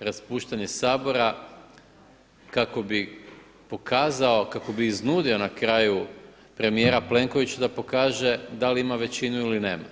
raspuštanje Sabora kako bi pokazao, kako bi iznudio na kraju premijera Plenkovića da pokaže da li ima većinu ili nema.